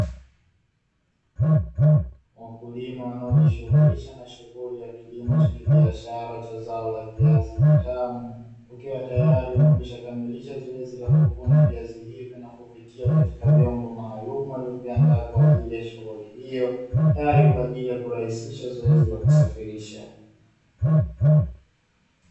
Wakulima wanaojishughulisha na shughuli ya kilimo cha kibiashara cha zao la viazi vitamu, wakiwa tayari wamekuisha kamilisha zoezi la kuvuna viazi hivyo na kuvitia katika vyombo maalum walivyoviandaa kwaajili ya shughuli hiyo tayari kwaajili ya kurahisisha zoezi la kusafirisha.